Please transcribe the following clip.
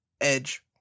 Edge